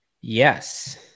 Yes